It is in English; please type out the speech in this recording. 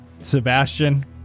Sebastian